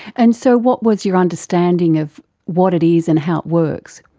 and so what was your understanding of what it is and how it works?